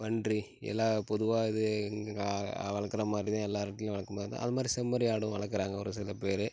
பன்றி எல்லாம் பொதுவாக இது எங்கள் கா வளர்க்கற மாதிரி தான் எல்லார் வீட்டிலையும் வளர்க்கற மாதிரி தான் அது மாதிரி செம்மறி ஆடும் வளர்க்கறாங்க ஒரு சில பேர்